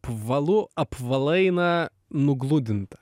valu apvalaina nugludinta